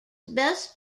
best